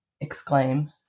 exclaim